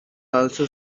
also